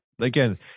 Again